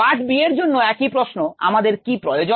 part b এর জন্য একই প্রশ্ন আমাদের কি প্রয়োজন